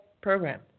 program